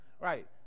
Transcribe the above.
Right